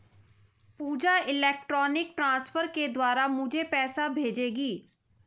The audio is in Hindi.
पूजा इलेक्ट्रॉनिक ट्रांसफर के द्वारा मुझें पैसा भेजेगी